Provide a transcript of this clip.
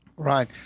Right